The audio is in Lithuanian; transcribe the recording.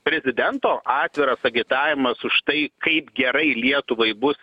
prezidento atviras agitavimas už tai kaip gerai lietuvai bus